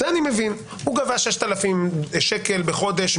המדינה גובה בשבילו ודואגת לו.